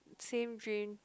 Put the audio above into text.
same dream